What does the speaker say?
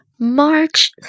March